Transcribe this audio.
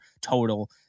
total